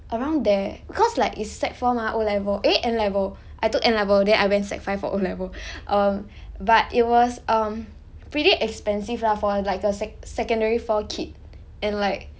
around there cause like it's sec four mah O-level eh N-level I took N-level then I went sec five for O-level um but it was um pretty expensive lah for like a sec secondary four kid and like